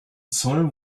zoll